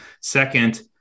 Second